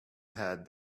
had